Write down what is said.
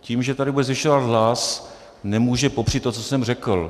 Tím, že tady bude zvyšovat hlas, nemůže popřít to, co jsem řekl.